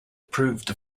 proved